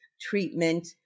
treatment